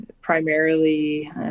primarily